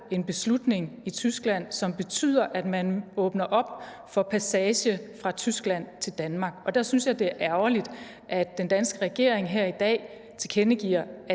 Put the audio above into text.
en beslutning i Tyskland, som betyder, at man åbner op for passage fra Danmark til Tyskland. Og der synes jeg, det er ærgerligt, at den danske regering her i dag tilkendegiver,